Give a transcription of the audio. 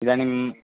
इदानीम्